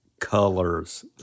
colors